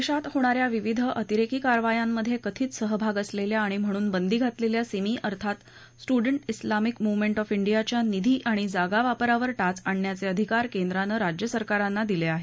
देशात होणा या विविध अतिरेकी कारवायांमध्ये कथित सहभाग असलेल्या आणि म्हणून बंदी घातलेल्या सिमी अर्थात स्ट्रडण्ट्स उलामिक मूवमेंट ऑफ डियाच्या निधी आणि जागावापरावर टाच आणण्याचे अधिकार केंद्रानं राज्य सरकारांना दिले आहेत